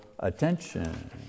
Attention